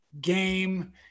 game